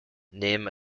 name